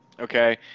Okay